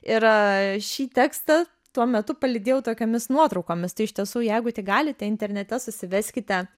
ir šį tekstą tuo metu palydėjau tokiomis nuotraukomis tai iš tiesų jeigu tik galite internete susiveskite